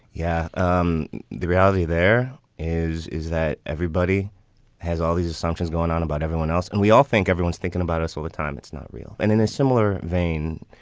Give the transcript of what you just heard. yeah. um the reality there is, is that everybody has all these assumptions going on about everyone else. and we all think everyone's thinking about us all the time. it's not real. and in a similar vein,